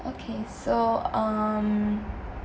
okay so um